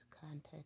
contact